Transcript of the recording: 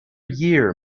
year